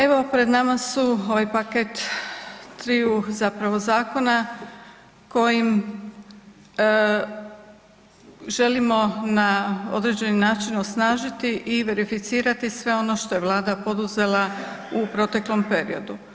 Evo, pred nama su ovaj paket triju zapravo zakona kojim želimo na određeni način osnažiti i verificirati sve ono što je vlada poduzela u proteklom periodu.